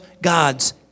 God's